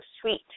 sweet